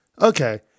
Okay